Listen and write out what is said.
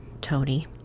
Tony